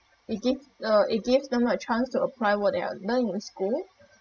it give uh it gives them a chance to apply what they are learnt in school